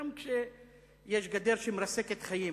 גם כשיש גדר שמרסקת חיים